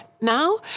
now